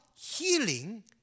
healing